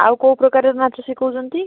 ଆଉ କେଉଁ ପ୍ରକାରର ନାଚ ଶିଖାଉଛନ୍ତି